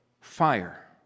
fire